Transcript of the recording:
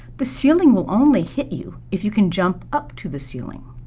the ceiling will only hit you if you can jump up to the ceiling.